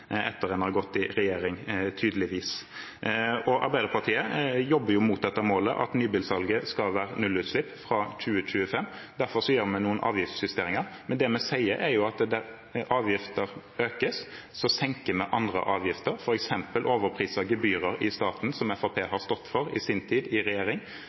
etter at en har gått ut av regjering, tydeligvis. Arbeiderpartiet jobber mot dette målet at nybilsalget fra 2025 skal være nullutslipp. Derfor gjør vi noen avgiftsjusteringer. Men det vi sier, er at hvis avgifter økes, senker vi andre avgifter, f.eks. overprisede gebyrer i staten, som Fremskrittspartiet har stått for i sin tid i regjering,